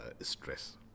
stress